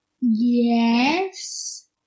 Yes